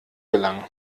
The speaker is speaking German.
gelangen